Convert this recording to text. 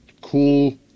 cool